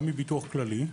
גם מביטוח כללי.